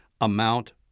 amount